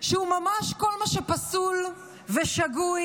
שהוא ממש כל מה שפסול ושגוי,